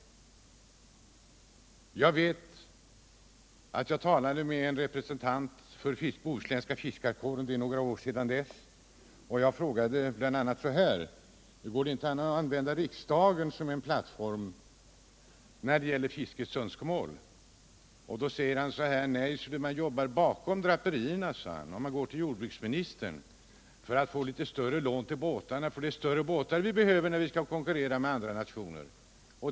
| När jag för några år sedan talade med en representant för den bohuslänska fiskarkåren frågade jag bl.a. så här: Går det inte att använda riksdagen som en plattform när det gäller fiskets önskemål? Nej, svarade han, man jobbar bakom draperierna och går till jordbruksministern för att få lån till litet större båtar, för det är sådana vi behöver när vi skall konkurrera med andra nationer.